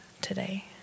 today